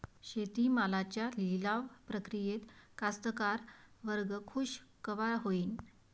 शेती मालाच्या लिलाव प्रक्रियेत कास्तकार वर्ग खूष कवा होईन?